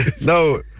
No